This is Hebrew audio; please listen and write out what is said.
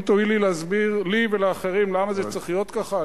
אם תואילי להסביר לי ולאחרים למה זה צריך להיות ככה,